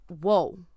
whoa